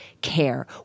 care